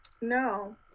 No